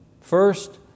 First